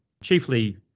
chiefly